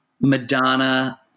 Madonna